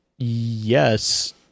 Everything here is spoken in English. Yes